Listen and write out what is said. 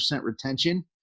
retention